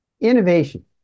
innovation